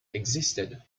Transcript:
existed